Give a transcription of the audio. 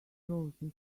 roses